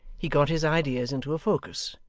he got his ideas into a focus,